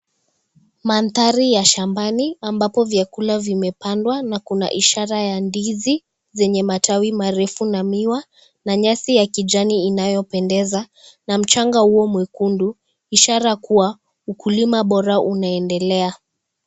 Mandhari ya shambani, ambapo vyakula vimepandwa na kuna ishara ya ndizi zenye matawi marefu na miwa na nyasi ya kijani inayopendeza na mchanga huo mwekundu, ishara kuwa, ukulima bora unaendelea.